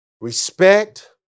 respect